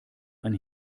ein